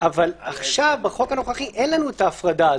אבל בחוק הנוכחי אין לנו ההפרדה הזאת.